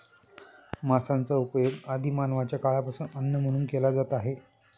मांसाचा उपयोग आदि मानवाच्या काळापासून अन्न म्हणून केला जात आहे